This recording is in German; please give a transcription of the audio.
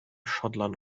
schottland